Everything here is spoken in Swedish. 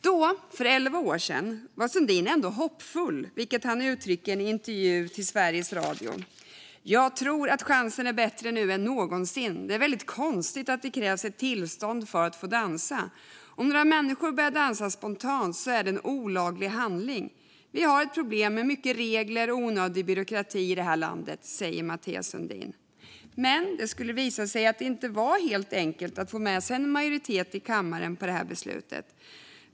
Då, för elva år sedan, var Sundin ändå hoppfull, vilket han uttryckte i en intervju för Sveriges Radio: "Jag tror chansen är bättre nu än någonsin. Det är väldigt konstigt att det krävs ett tillstånd för att få dansa. Om några människor börjar dansa spontant så är det en olaglig handling. Vi har ett problem med mycket regler och onödig byråkrati i det här landet, säger Mathias Sundin." Men det skulle visa sig att det inte var helt enkelt att få med sig en majoritet i kammaren på detta beslut.